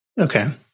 Okay